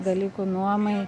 dalykų nuomai